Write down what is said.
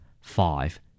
Five